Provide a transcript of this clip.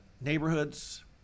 neighborhoods